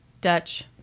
Dutch